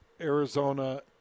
Arizona